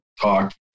talk